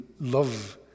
love